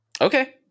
Okay